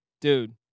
Dude